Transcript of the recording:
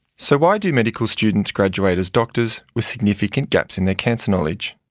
so why do medical students graduate as doctors with significant gaps in their cancer knowledge?